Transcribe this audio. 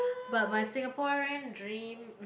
but my Singaporean dream